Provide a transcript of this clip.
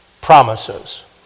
promises